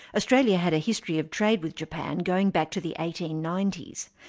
australia had a history of trade with japan going back to the eighteen ninety s.